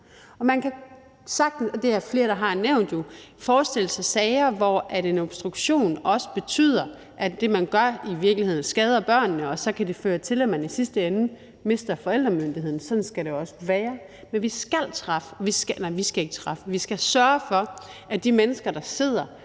Man kan sagtens forestille sig sager, hvor en obstruktion også betyder, at det, man gør, i virkeligheden skader børnene, og så kan det føre til, at man i sidste ende mister forældremyndigheden. Sådan skal det også være. Men vi skal sørge for, at de mennesker, der sidder